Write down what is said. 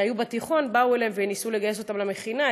כשהיו בתיכון, באו אליהם וניסו לגייס אותם למכינה.